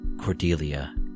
Cordelia